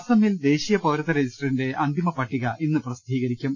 അസമിൽ ദേശീയ പൌരത്യ രജിസ്റ്ററിന്റെ അന്തിമ പട്ടിക ഇന്ന് പ്രസിദ്ധീകരിക്കും